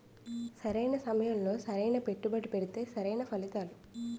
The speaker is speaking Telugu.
సరైన సమయంలో సరైన పెట్టుబడి పెడితే సరైన ఫలితాలు